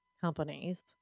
companies